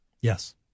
yes